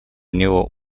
него